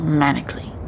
manically